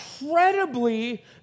incredibly